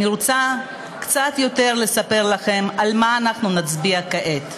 אני רוצה לספר לכם קצת יותר על מה אנחנו נצביע כעת.